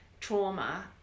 trauma